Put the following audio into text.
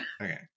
Okay